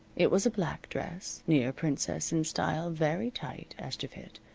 it was a black dress, near-princess in style, very tight as to fit,